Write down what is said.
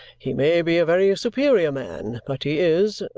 he may be a very superior man, but he is,